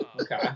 Okay